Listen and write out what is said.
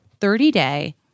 30-day